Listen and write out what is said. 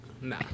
Nah